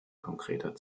konkreter